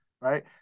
Right